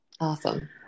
Awesome